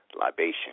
libation